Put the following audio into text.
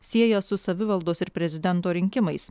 sieja su savivaldos ir prezidento rinkimais